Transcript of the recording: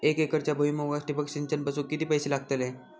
एक एकरच्या भुईमुगाक ठिबक सिंचन बसवूक किती पैशे लागतले?